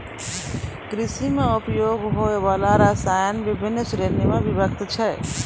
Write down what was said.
कृषि म उपयोग होय वाला रसायन बिभिन्न श्रेणी म विभक्त छै